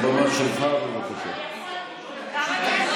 הבמה שלך, בבקשה.